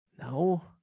No